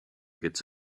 gets